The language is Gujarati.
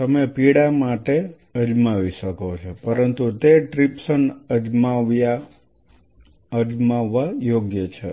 તમે પીડા માટે અજમાવી શકો છો પરંતુ તે ટ્રિપ્સિન અજમાવવા યોગ્ય છે